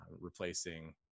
replacing